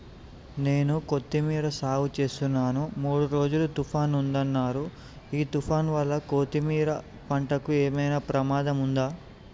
నేను కొత్తిమీర సాగుచేస్తున్న మూడు రోజులు తుఫాన్ ఉందన్నరు ఈ తుఫాన్ వల్ల కొత్తిమీర పంటకు ఏమైనా ప్రమాదం ఉందా?